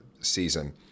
season